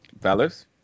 Fellas